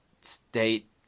State